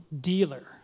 dealer